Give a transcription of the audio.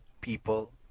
people